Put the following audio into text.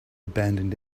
abandoned